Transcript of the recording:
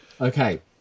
okay